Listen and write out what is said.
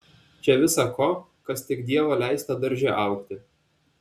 čia visa ko kas tik dievo leista darže augti